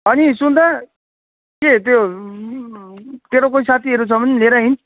अनि सुन् त के त्यो तेरो कोही साथीहरू छ भने लिएर हिँड्